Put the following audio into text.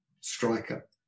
striker